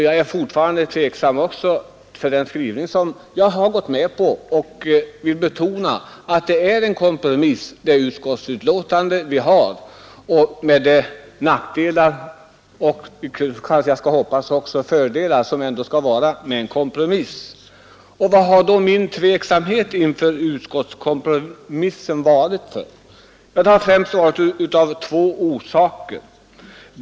Jag är fortfarande tveksam också inför den skrivning som jag har gått med på och vill betona att det utskottsbetänkande vi har är resultatet av en kompromiss med de nackdelar och — hoppas jag — fördelar som det ändå skall vara med en kompromiss. Vad har då min tveksamhet inför utskottskompromissen berott på? Den har främst haft två orsaker.